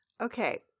Okay